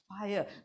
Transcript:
fire